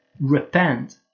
repent